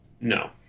no